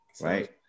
Right